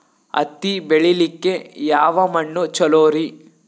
ಹತ್ತಿ ಬೆಳಿಲಿಕ್ಕೆ ಯಾವ ಮಣ್ಣು ಚಲೋರಿ?